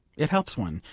it helps one,